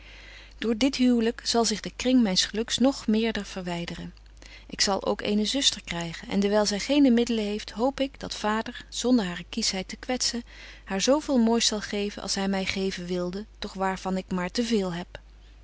door dit huwlyk zal zich de kring myns geluks nog meerder verwyderen ik zal ook eene zuster krygen en dewyl zy geene middelen heeft hoop ik dat vader zonder hare kieschheid te kwetzen haar zo veel moois zal geven als hy my geven wilde doch waar van ik maar te veel heb